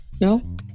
No